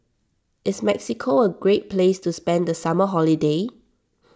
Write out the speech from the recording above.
is Mexico a great place to spend the summer holiday